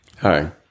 Hi